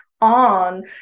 on